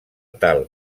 tal